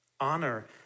honor